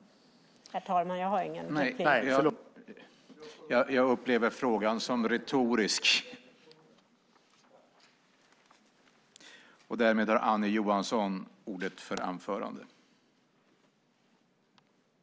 : Herr talman! Jag har ingen ytterligare replik.)